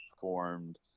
formed